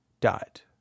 Dot